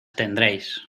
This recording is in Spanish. tendréis